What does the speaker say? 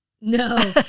No